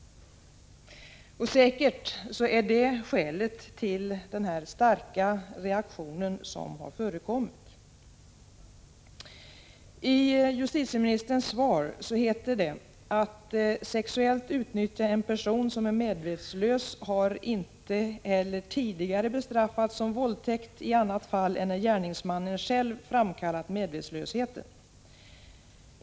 Säkert är det skälet till den starka reaktion som nu har förekommit. I justitieministerns svar heter det: ”Att sexuellt utnyttja en person som är medvetslös har inte heller tidigare bestraffats som våldtäkt i annat fall än när gärningsmannen själv har framkallat medvetslösheten.